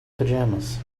pajamas